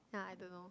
ya I don't know